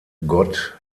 gott